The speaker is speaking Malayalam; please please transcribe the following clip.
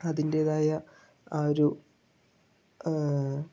അതിൻറെതായ ആ ഒരു